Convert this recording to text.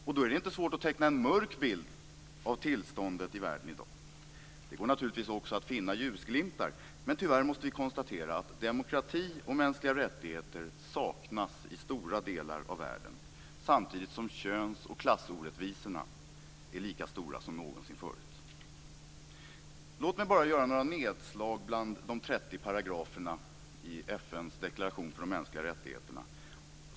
Det är inte svårt att teckna en mörk bild av tillståndet i världen i dag. Det går naturligtvis också att finna ljusglimtar, men tyvärr måste vi konstatera att demokrati och mänskliga rättigheter saknas i stora delar av världen samtidigt som köns och klassorättvisorna är lika stora som någonsin förut. Låt mig bara göra några nedslag bland de 30 paragraferna i FN:s deklaration för de mänskliga rättigheterna.